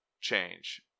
change